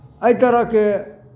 एहि तरहके